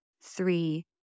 three